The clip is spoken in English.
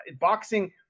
Boxing